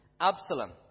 Absalom